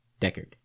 Deckard